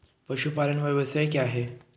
पशुपालन व्यवसाय क्या है?